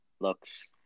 looks